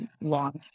launch